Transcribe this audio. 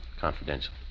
Confidential